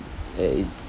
that it's